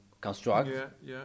construct